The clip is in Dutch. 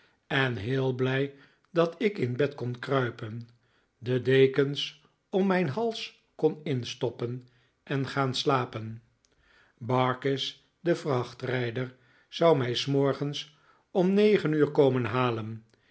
en heel blij dat ik in bed kon kruipen de dekens om mijn hals kon instoppen en gaan slapen barkis de vrachtrijder zou mij s morgens om negen uuf komen halen